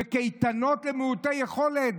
בקייטנות למעוטי יכולת,